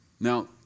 Now